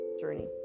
journey